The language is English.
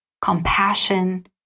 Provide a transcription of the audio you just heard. compassion